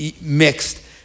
mixed